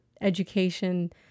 education